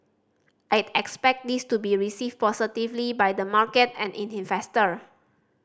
I'd expect this to be received positively by the market and investor